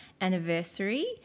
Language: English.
anniversary